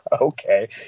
Okay